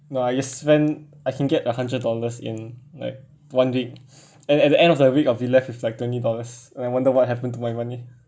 no ah you spend I can get a hundred dollars in like one week and at the end of the week I will be left is like twenty dollars I wonder what happened to my money